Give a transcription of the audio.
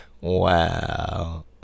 Wow